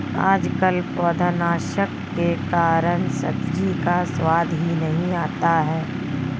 आजकल पौधनाशक के कारण सब्जी का स्वाद ही नहीं आता है